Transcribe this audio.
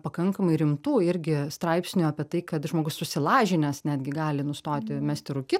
pakankamai rimtų irgi straipsnių apie tai kad žmogus susilažinęs netgi gali nustoti mesti rūkyt